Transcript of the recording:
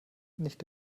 nicht